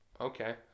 Okay